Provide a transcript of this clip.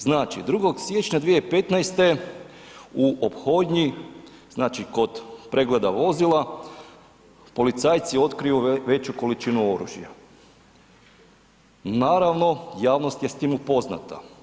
Znači, 2. siječnja 2015. u ophodnji, znači kod pregleda vozila policajci otkriju veću količinu oružja, naravno javnost je s tim upoznata.